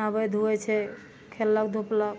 नहबै धुअइ छै खेललक धुपलक